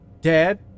Dad